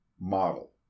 model